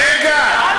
רגע,